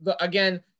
again